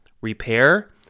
repair